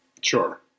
Sure